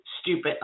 stupid